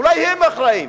אולי הם אחראים,